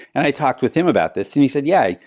and i talked with him about this and he said, yeah.